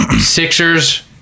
Sixers